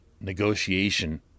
negotiation